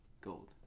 Gold